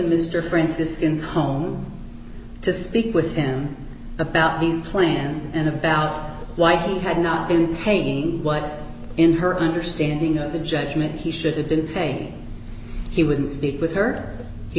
mr franciscans home to speak with him about these plans and about why he had not been paying what in her understanding of the judgment he should have been paying he wouldn't speak with